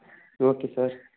okay sir